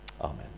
Amen